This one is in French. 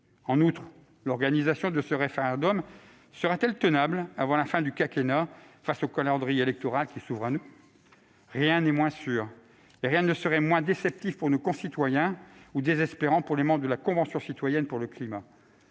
En outre, l'organisation de ce référendum sera-t-elle tenable avant la fin du quinquennat, face au calendrier électoral qui s'ouvre à nous ? Rien n'est moins sûr et rien ne serait plus déceptif pour nos concitoyens et désespérant pour les membres de la Convention citoyenne pour le climat.